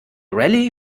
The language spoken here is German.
rallye